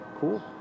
cool